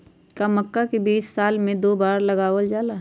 का मक्का के बीज साल में दो बार लगावल जला?